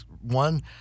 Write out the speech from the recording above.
one